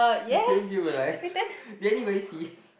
then did you realise did anybody see